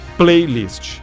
playlist